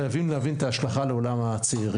חייבים להבין את ההשלכה על עולם הצעירים.